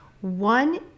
one